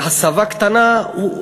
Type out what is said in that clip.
בהסבה קטנה הוא,